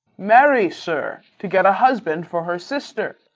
marry, sir, to get a husband for her sister.